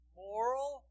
moral